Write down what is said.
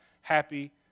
happy